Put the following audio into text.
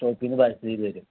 ഷോപ്പിൽ നിന്ന് പാഴ്സൽ ചെയ്ത് തരും